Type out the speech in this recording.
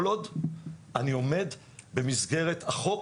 כל עוד אני עומד במסגרת החוק,